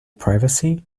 privacy